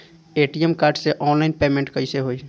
ATM card से online payment कैसे होई?